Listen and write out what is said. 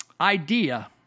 idea